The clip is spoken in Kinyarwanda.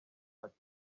ati